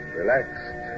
relaxed